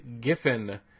Giffen